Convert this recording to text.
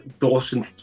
Dawson